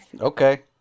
Okay